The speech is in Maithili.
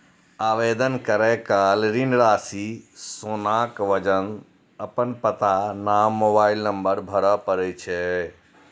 आवेदन करै काल ऋण राशि, सोनाक वजन, अपन पता, नाम, मोबाइल नंबर भरय पड़ै छै